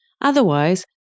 Otherwise